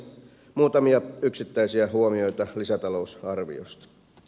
muutamia yksittäisiä huomioita lisätalousarviosta